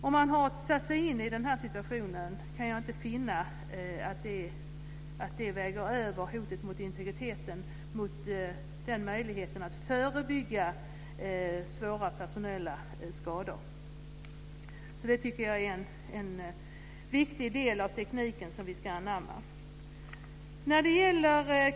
Om man har satt sig in i situationen kan jag inte finna att detta hot väger över mot möjligheten att förebygga svåra personella skador. Jag tycker att detta är en viktig del av tekniken som vi ska anamma.